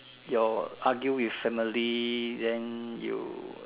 your argue with family then you